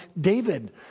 David